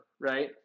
right